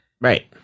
right